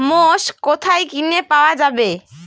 মোষ কোথায় কিনে পাওয়া যাবে?